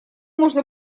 можно